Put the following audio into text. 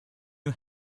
you